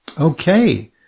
Okay